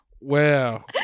Wow